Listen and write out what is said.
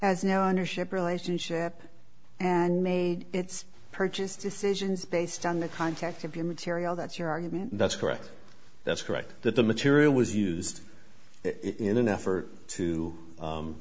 as no ownership relationship and made its purchase decisions based on the context of the material that your argument that's correct that's correct that the material was used in an effort to